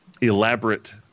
elaborate